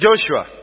Joshua